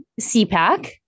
CPAC